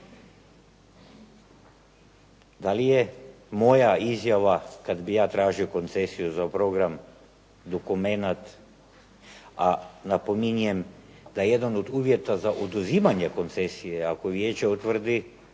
Da li je moja izjava, kad bih ja tražio koncesiju za program, dokumenat, a napominjem da jedan od uvjeta za utvrđivanje koncesije je ako vijeće utvrdi